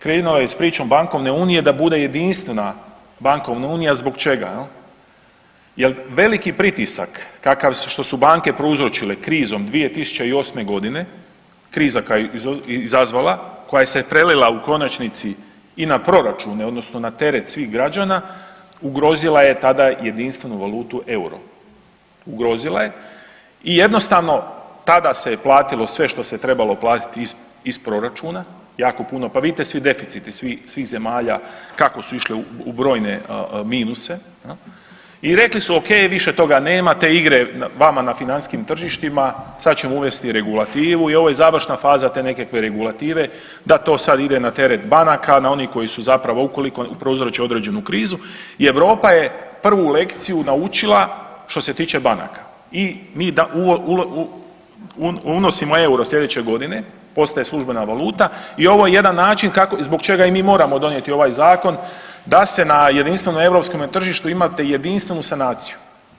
Krenula je s pričom bankovne unije da bude jedinstvena bankovna unija zbog čega jel, jel veliki pritisak što su banke prouzročile krizom 2008.g., kriza koja je izazvala, koja se je prelila u konačnici i na proračune odnosno na teret svih građana ugrozila je tada jedinstvenu valutu euro, ugrozila je i jednostavno tada se je platilo sve što se trebalo platit iz proračuna, jako puno, pa vidite svi deficiti svih zemalja kako su išli u brojne minuse jel i rekli su okej više toga nema, te igre vama na financijskim tržištima, sad ćemo uvesti regulativu i ovo je završna faza te nekakve regulative da to sad ide na teret banaka, na onih koji su zapravo ukoliko prouzroče određenu krizu i Europa je prvu lekciju naučila što se tiče banaka i mi unosimo euro slijedeće godine, postaje službena valuta i ovo je jedan način zbog čega i mi moramo donijeti ovaj zakon da se na jedinstvenom europskome tržištu imate jedinstvenu sanaciju.